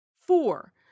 Four